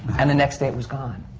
and the next day it was gone!